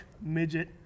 midget